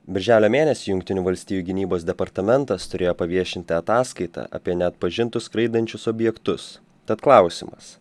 birželio mėnesį jungtinių valstijų gynybos departamentas turėjo paviešinti ataskaitą apie neatpažintus skraidančius objektus tad klausimas